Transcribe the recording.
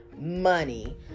money